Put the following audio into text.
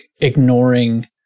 ignoring